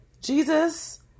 Jesus